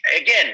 again